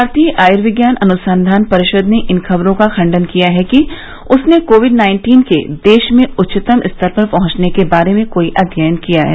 भारतीय आयुर्विज्ञान अनुसंधान परिषद ने इन खबरों का खंडन किया है कि उसने कोविड नाइन्टीन के देश में उच्चतम स्तर पर पहुंचने के बारे में कोई अध्ययन किया है